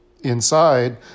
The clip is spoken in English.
Inside